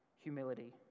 humility